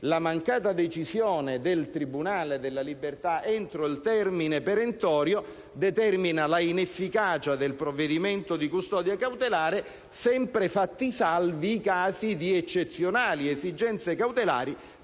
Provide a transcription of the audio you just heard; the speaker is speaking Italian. la mancata decisione del Tribunale della libertà entro il termine perentorio determina l'inefficacia del provvedimento di custodia cautelare, sempre fatti salvi i casi di eccezionali esigenze cautelari